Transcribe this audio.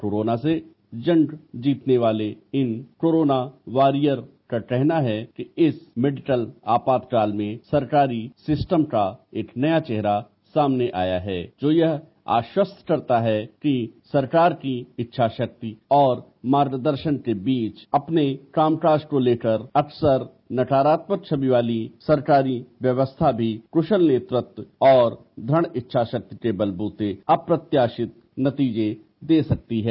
corona से जंग जीतने वाले इन कोरोना वॉरिवर का कहना है कि इस मेडिकल आपात काल में सरकारी सिस्टम का एक नया चेहरा सामने आाया है जो ये आश्वस्त करता है कि सरकार की इच्छाशक्ति और मार्गदर्शन के बीच अपने कामकाज को लेकर अक्सर नकारात्मक छवि वाली सरकारी व्यवस्था भी कुशल नेतृत्व और दृढ इच्छाशक्ति के बलबूते अप्रत्यासित नतीजे दे सकती है